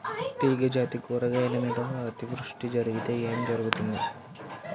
తీగజాతి కూరగాయల మీద అతివృష్టి జరిగితే ఏమి జరుగుతుంది?